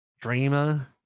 Dreamer